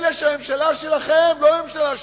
אלה, שהממשלה שלכם, לא הממשלה שלי.